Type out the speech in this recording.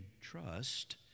trust